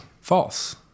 False